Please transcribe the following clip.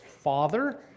father